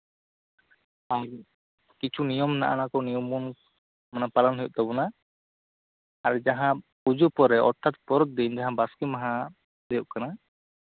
ᱟᱨ ᱚᱱᱟ ᱠᱚ ᱠᱤᱪᱷᱩ ᱱᱤᱭᱚᱢ ᱢᱮᱱᱟᱜᱼᱟ ᱚᱱᱟ ᱠᱚ ᱱᱤᱭᱚᱢ ᱵᱚᱱ ᱢᱟᱱᱮ ᱯᱟᱞᱚᱱ ᱦᱩᱭᱩᱜ ᱛᱟᱵᱳᱱᱟ ᱟᱨ ᱡᱟᱦᱟ ᱯᱩᱡᱟᱹ ᱯᱚᱨᱮ ᱚᱨᱛᱷᱟᱛ ᱯᱚᱨᱚᱵᱽ ᱫᱤᱱ ᱡᱟᱦᱟ ᱟᱥᱠᱮ ᱢᱟᱦᱟ ᱦᱩᱭᱩᱜ ᱠᱟᱱᱟ